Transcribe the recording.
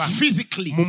physically